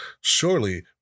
Surely